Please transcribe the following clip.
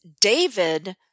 David